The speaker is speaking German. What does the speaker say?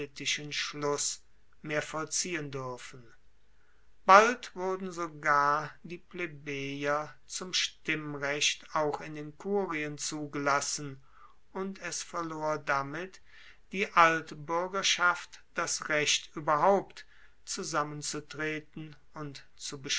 schluss mehr vollziehen duerfen bald wurden sogar die plebejer zum stimmrecht auch in den kurien zugelassen und es verlor damit die altbuergerschaft das recht ueberhaupt zusammenzutreten und